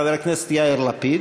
חבר הכנסת יאיר לפיד,